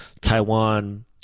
Taiwan